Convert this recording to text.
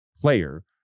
player